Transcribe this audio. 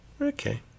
Okay